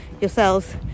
yourselves